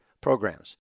programs